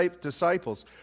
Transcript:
disciples